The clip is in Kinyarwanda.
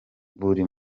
buri